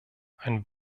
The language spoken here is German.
ein